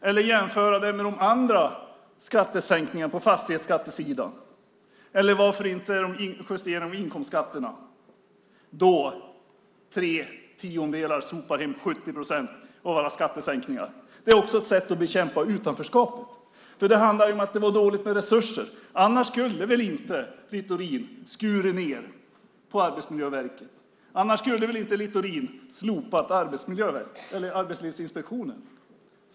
Vi kan också ställa det i relation till skattesänkningarna på fastighetssidan, eller varför inte de justerade inkomstskatterna som gör att tre tiondelar sopar hem 70 procent av alla skattesänkningar? Det är också ett sätt att bekämpa utanförskapet. Det handlade ju om att det var dåligt med resurser. Annars skulle väl inte Littorin ha skurit ned på Arbetsmiljöverket? Annars skulle väl inte Littorin ha slopat Arbetslivsinspektionen?